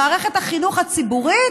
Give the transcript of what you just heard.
במערכת החינוך הציבורית,